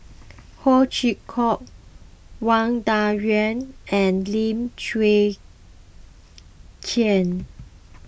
Ho Chee Kong Wang Dayuan and Lim Chwee Chian